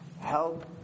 help